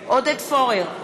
עודד פורר,